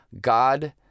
God